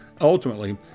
ultimately